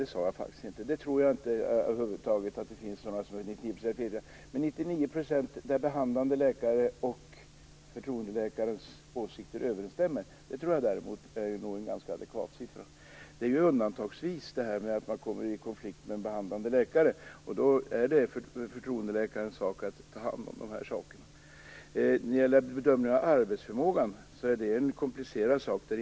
Jag tror inte att det finns några som till 99 % är felfria. Däremot tror jag att siffran 99 % är ganska adekvat när det gäller detta med att behandlande läkares och förtroendeläkarens åsikter överensstämmer. Det är ju undantagsvis som man kommer i konflikt med behandlande läkare. Då är det förtroendeläkarens sak att ta hand om sådana saker. Bedömningen av en persons arbetsförmåga är en komplicerad sak.